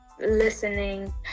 listening